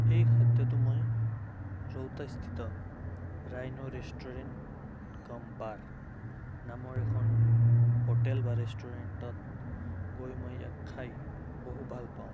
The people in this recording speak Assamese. এই খাদ্যটো মই ৰৌতাস্থিত ৰাইন' ৰেষ্টুৰেণ্ট কাম্ বাৰ নামৰ এখন হোটেল বা ৰেষ্টুৰেণ্টত গৈ মই ইয়াক খাই বহু ভালপাওঁ